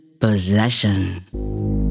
Possession